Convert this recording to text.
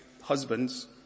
husbands